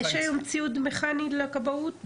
יש היום ציוד מכני לכבאות?